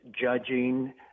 judging